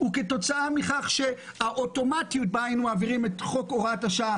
הוא כתוצאה מכך שהאוטומטיות שבה היינו מעבירים את הוראת השעה,